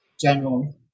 general